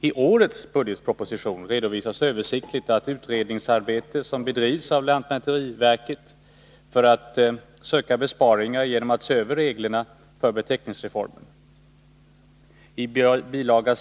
I årets budgetproposition redovisas översiktligt det utredningsarbete som bedrivs av lantmäteriverket för att söka besparingar genom att se över reglerna för beteckningsreformen. I bil.